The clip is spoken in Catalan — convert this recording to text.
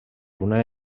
una